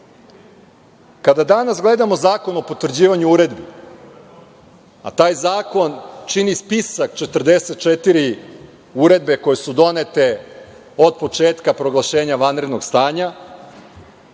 danas gledamo Zakon o potvrđivanju uredbi, a taj zakon čini spisak 44 uredbe koje su donete od početka proglašenja vanrednog stanja